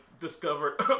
discovered